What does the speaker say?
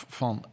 van